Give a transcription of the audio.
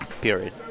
Period